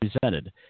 presented